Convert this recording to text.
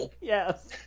Yes